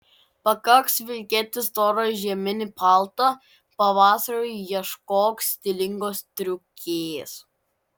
pakaks vilkėti storą žieminį paltą pavasariui ieškok stilingos striukės